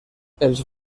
els